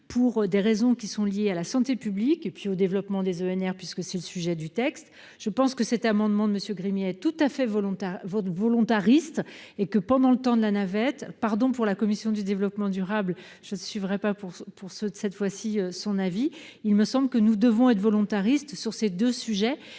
pour des raisons qui sont liées à la santé publique et puis au développement des ENR, puisque c'est le sujet du texte, je pense que cet amendement de monsieur Grimm est tout à fait volontaire votre volontariste et que pendant le temps de la navette, pardon pour la commission du développement durable, je suivrai pas pour pour ce de cette fois-ci son avis, il me semble que nous devons être volontariste sur ces 2 sujets